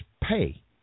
pay